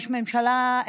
יש ממשלה,